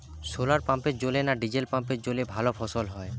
শোলার পাম্পের জলে না ডিজেল পাম্পের জলে ভালো ফসল হয়?